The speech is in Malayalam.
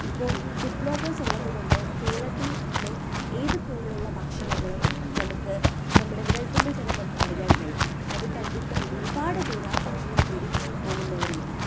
ഇപ്പോൾ ഫുഡ് വ്ളോഗേഴ്സ് ഉള്ളത് കൊണ്ട് കേരളത്തിലെ ഏതു കോണിലുള്ള ഭക്ഷണങ്ങളും നമുക്ക് നമ്മുടെ വിരൽത്തുമ്പിൽ തന്നെ നമുക്ക് അറിയാൻ കഴിയും അത് കണ്ടിട്ട് ഒരുപാട് പേർ ആ ഭക്ഷണം തേടി പോകുന്നവരും ഉണ്ട്